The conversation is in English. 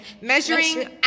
measuring